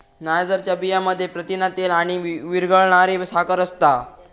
नायजरच्या बियांमध्ये प्रथिना, तेल आणि विरघळणारी साखर असता